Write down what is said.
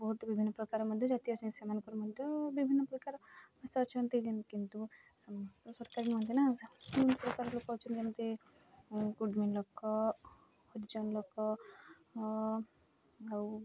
ବହୁତ ବିଭିନ୍ନ ପ୍ରକାର ମଧ୍ୟ ଜାତି ଅଛନ୍ତି ସେମାନଙ୍କର ମଧ୍ୟ ବିଭିନ୍ନ ପ୍ରକାର ଭାଷା ଅଛନ୍ତି କିନ୍ତୁ ସରକାରୀ ମଧ୍ୟ ନା ଯେମିତି ଗୁଡ଼ମୀ ଲୋକ ହରିଜନ୍ ଲୋକ ଆଉ